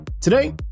Today